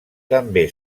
també